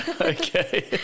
Okay